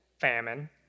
famine